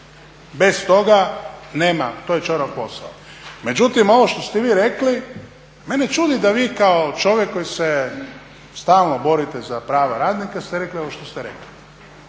Bez toga nema, to je ćorav posao. Međutim, ovo što ste vi rekli, mene čudi da vi kao čovjek koji se stalno borite za prava radnika ste rekli ovo što ste rekli.